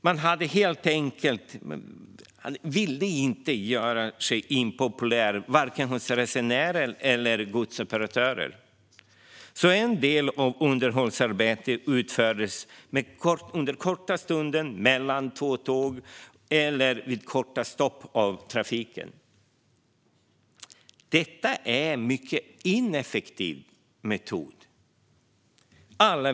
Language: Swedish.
Man ville helt enkelt inte göra sig impopulär hos vare sig resenärer eller godsoperatörer. Därför utfördes en del av underhållsarbetet under korta stunder mellan två tåg eller vid korta stopp av trafiken. Detta är en mycket ineffektiv metod.